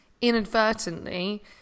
inadvertently